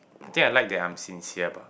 I think I like that I'm sincere bah